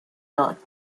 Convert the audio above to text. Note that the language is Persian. داد